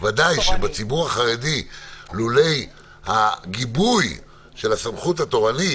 ודאי שבציבור החרדי לולא הגיבוי של הסמכות התורנית